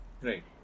Right